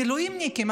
מילואימניקים.